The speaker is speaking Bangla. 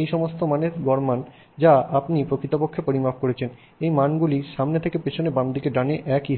এই সমস্ত মান একটি গড় মান যা আপনি প্রকৃতপক্ষে পরিমাপ করছেন এই মানগুলি সামনে থেকে পিছনে বাম থেকে ডানে একই হবে